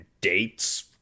dates